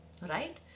right